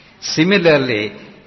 Similarly